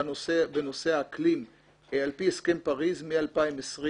בנושא האקלים על פי הסכם פריז מ-2020,